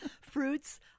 Fruits